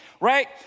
right